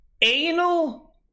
anal